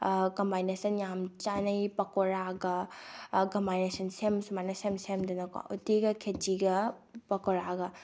combination ꯌꯥꯝ ꯆꯥꯟꯅꯩ ꯄꯧꯀꯣꯔꯥꯒ ꯀꯝꯕꯥꯏꯅꯦꯁꯟ ꯁꯦꯝ ꯁꯨꯃꯥꯏꯅ ꯁꯦꯝ ꯁꯦꯝꯗꯅꯀꯣ ꯎꯇꯤꯒ ꯈꯦꯆꯤꯒ ꯄꯧꯀꯣꯔꯥꯒ